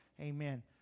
amen